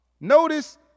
Notice